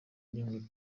nyungwe